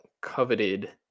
coveted